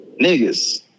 niggas